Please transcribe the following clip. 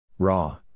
Raw